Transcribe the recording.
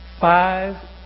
Five